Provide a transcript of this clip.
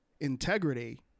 integrity